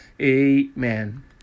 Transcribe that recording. Amen